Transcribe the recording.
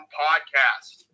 podcast